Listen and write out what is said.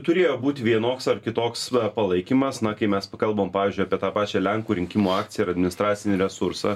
turėjo būt vienoks ar kitoks palaikymas na kai mes kalbam pavyzdžiui apie tą pačią lenkų rinkimų akciją ar administracinį resursą